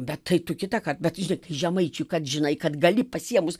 bet tai tu kitąkart bet žinai žemaičiui kad žinai kad gali pasiėmus